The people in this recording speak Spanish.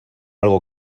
algo